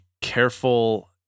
careful